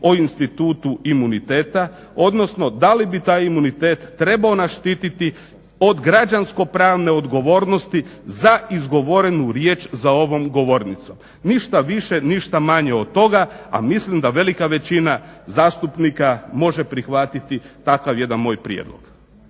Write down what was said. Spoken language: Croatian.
o institutu imuniteta, odnosno da li bi taj imunitet trebao nas štititi od građansko-pravne odgovornosti za izgovorenu riječ za ovom govornicom. Ništa više, ništa manje od toga, a mislim da velika većina zastupnika može prihvatiti takav jedan moj prijedlog.